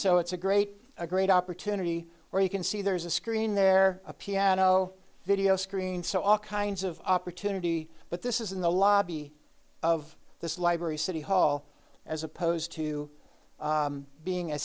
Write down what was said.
so it's a great a great opportunity where you can see there's a screen there a piano video screen so all kinds of opportunity but this is in the lobby of this library city hall as opposed to being a